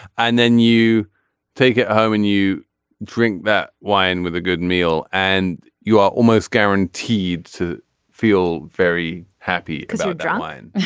and then you take it home and you drink that wine with a good meal and you are almost guaranteed to feel very happy because you're driving